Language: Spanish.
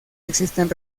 existen